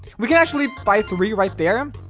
we can actually buy three right there um